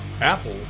Apple